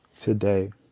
today